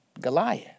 Goliath